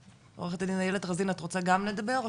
עורכת איילת רזין את רוצה גם לדבר?